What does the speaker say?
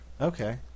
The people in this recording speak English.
Okay